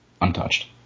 untouched